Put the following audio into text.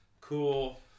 cool